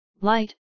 Light